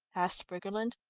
asked briggerland.